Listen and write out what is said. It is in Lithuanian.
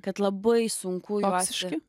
kad labai sunku dvasiškai